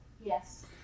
Yes